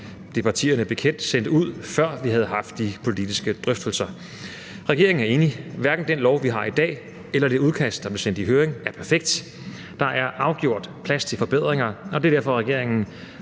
er partierne bekendt, sendt ud, før vi havde haft de politiske drøftelser. Regeringen er enig. Hverken den lov, vi har i dag, eller det udkast, der blev sendt i høring, er perfekt. Der er afgjort plads til forbedringer, og det er derfor, regeringen